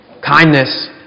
kindness